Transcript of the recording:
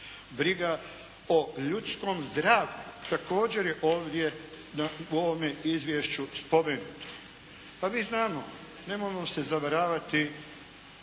Briga o ljudskom zdravlju također je ovdje u ovome izvješću spomenuto. Pa mi znamo, nemojmo se zavaravati,